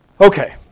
Okay